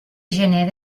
gener